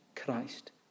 Christ